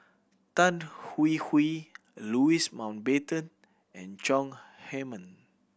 Tan Hwee Hwee Louis Mountbatten and Chong Heman